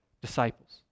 disciples